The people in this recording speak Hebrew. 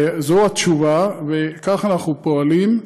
וזו התשובה, וכך אנחנו פועלים.